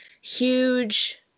huge